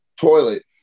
toilet